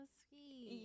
sweet